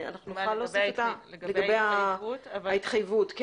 לגבי ההתחייבות?